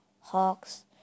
hawks